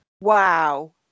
Wow